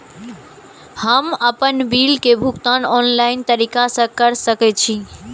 हम आपन बिल के भुगतान ऑनलाइन तरीका से कर सके छी?